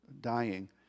dying